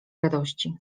radości